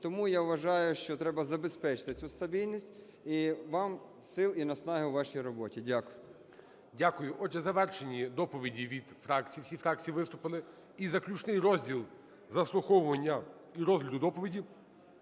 Тому, я вважаю, що треба забезпечити цю стабільність, і вам сил, і наснаги у вашій роботі. Дякую. ГОЛОВУЮЧИЙ. Дякую. Отже, завершені доповіді від фракцій. Всі фракції виступили. І заключний розділ заслуховування і розгляду доповіді